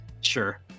sure